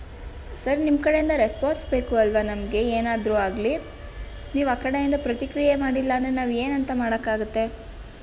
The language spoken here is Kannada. ಸರ್ ನಿಮ್ಮ ಕಡೆಯಿಂದ ರೆಸ್ಪಾನ್ಸ್ ಬೇಕು ಅಲ್ವಾ ನಮಗೆ ಏನಾದರೂ ಆಗಲಿ ನೀವಾ ಕಡೆಯಿಂದ ಪ್ರತಿಕ್ರಿಯೆ ಮಾಡಿಲ್ಲ ಅಂದರೆ ನಾವೇನಂತ ಮಾಡೋಕ್ಕಾಗತ್ತೆ